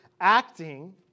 acting